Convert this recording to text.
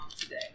today